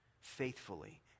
faithfully